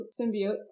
symbiotes